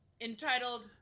entitled